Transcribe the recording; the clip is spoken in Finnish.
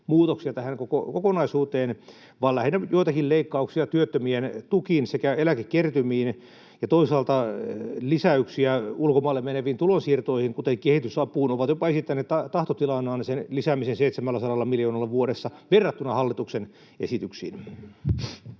muutoksia tähän koko kokonaisuuteen, vaan lähinnä joitakin leikkauksia työttömien tukiin sekä eläkekertymiin ja toisaalta lisäyksiä ulkomaille meneviin tulonsiirtoihin, kuten kehitysapuun. He ovat jopa esittäneet tahtotilanaan sen lisäämisen 700 miljoonalla vuodessa verrattuna hallituksen esityksiin.